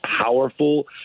powerful